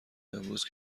امروز